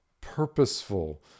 purposeful